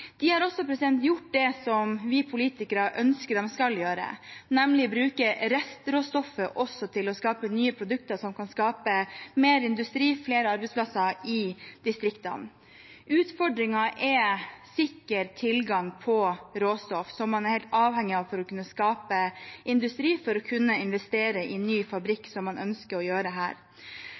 De har også gjort det som vi politikere ønsker at de skal gjøre, nemlig å bruke restråstoffet til å skape nye produkter som kan skape mer industri og flere arbeidsplasser i distriktene. Utfordringen er sikker tilgang på råstoff, som man er helt avhengig av for å kunne skape industri og for å kunne investere i en ny fabrikk, som man ønsker å gjøre der. Jeg vil også vise til at her